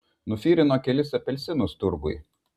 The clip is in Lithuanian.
nufirino kelis apelsinus turguj